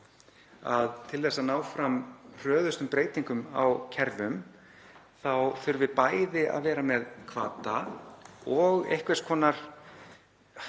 að til þess að ná fram hröðustu breytingum á kerfum þurfi bæði að vera með hvata og einhvers konar,